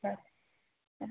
ঠিক আছে হ্যাঁ